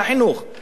אבל הם נדחו.